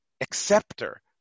acceptor